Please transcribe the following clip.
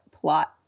plot